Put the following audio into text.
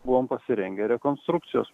buvom pasirengę rekonstrukcijos